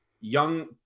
young